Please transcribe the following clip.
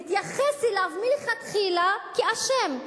מתייחס אליו מלכתחילה כאשם,